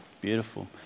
Beautiful